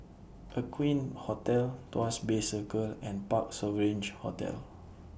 Aqueen Hotel Tuas Bay Circle and Parc Sovereign Hotel